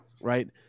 Right